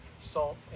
salt